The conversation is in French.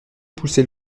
poussait